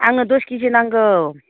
आंनो दस केजि नांगौ